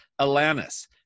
Alanis